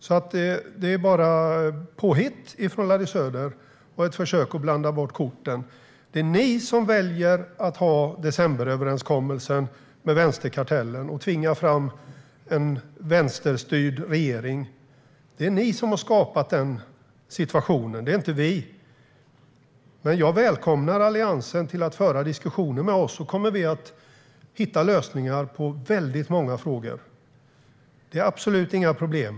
Detta är bara påhitt från Larry Söder och ett försök att blanda bort korten. Det är ni som väljer att ha decemberöverenskommelsen med vänsterkartellen och att tvinga fram en vänsterstyrd regering, Larry Söder. Det är ni som har skapat den situationen - det är inte vi. Men jag välkomnar Alliansen att föra diskussioner med oss. Då kommer vi att hitta lösningar när det gäller väldigt många frågor. Det är absolut inga problem.